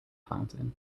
fountain